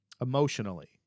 emotionally